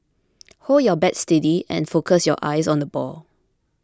hold your bat steady and focus your eyes on the ball